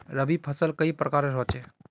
रवि फसल कई प्रकार होचे?